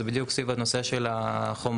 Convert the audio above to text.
זה בדיוק סביב הנושא של החומר,